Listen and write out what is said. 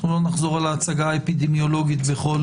אנחנו לא נחזור על ההצגה האפידמיולוגית בכל